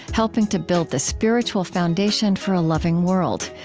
helping to build the spiritual foundation for a loving world.